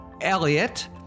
Elliot